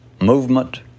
movement